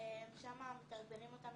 שם מתגברים אותנו